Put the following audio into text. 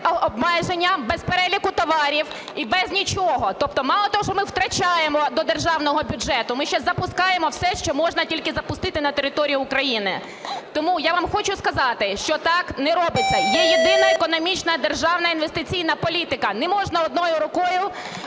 обмеження, без переліку товарів і без нічого. Тобто мало того, що ми втрачаємо до державного бюджету, ми ще запускаємо все, що можна тільки запустити на території України. Тому я вам хочу сказати, що так не робиться. Є єдина економічна державна інвестиційна політика, не можна одною рукою